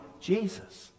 Jesus